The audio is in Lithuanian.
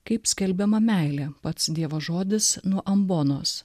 kaip skelbiama meilė pats dievo žodis nuo ambonos